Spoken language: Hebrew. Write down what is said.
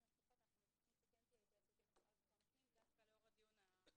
אני לא רוצה להיות עם היד קלה על